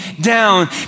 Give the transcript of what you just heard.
down